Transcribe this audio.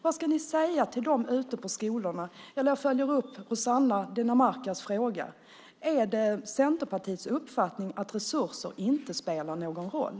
Vad ska ni säga till dem ute på skolorna? Eller, för att följa upp Rossana Dinamarcas fråga: Är det Centerpartiets uppfattning att resurser inte spelar någon roll?